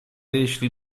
jeżeli